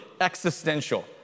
existential